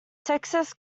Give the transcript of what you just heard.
texas